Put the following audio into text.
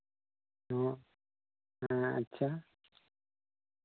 ᱚ ᱦᱮᱸ ᱟᱪᱪᱷᱟ